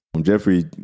Jeffrey